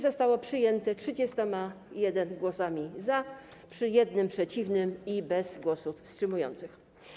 Zostało przyjęte 31 głosami za, przy jednym głosie przeciwnym i bez głosów wstrzymujących.